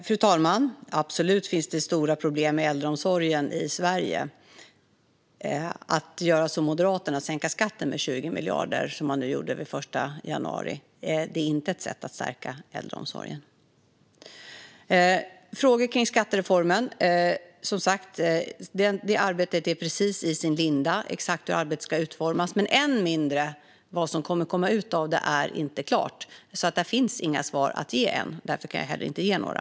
Fru talman! Det finns absolut stora problem med äldreomsorgen i Sverige. Att göra som Moderaterna gjorde den 1 januari och sänka skatten med 20 miljarder är inte ett sätt att stärka äldreomsorgen. När det gäller frågorna kring skattereformen är det arbetet och hur det exakt ska utformas som sagt precis i sin linda. Än mindre vet vi vad som kommer att komma ut av det. Det är inte klart. Där finns inga svar att ge än, och därför kan jag heller inte ge några.